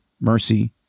mercy